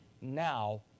now